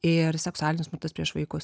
ir seksualinis smurtas prieš vaikus